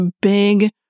big